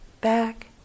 back